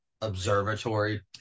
observatory